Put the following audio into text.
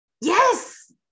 Yes